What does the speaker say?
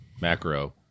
macro